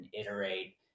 iterate